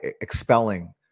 expelling